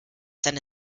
seine